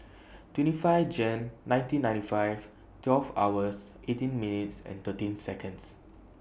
twenty five Jan nineteen ninety five twelve hours eighteen minutes and thirteen Seconds